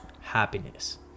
happiness